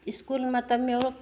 school ꯃꯇꯝ ꯌꯧꯔꯛ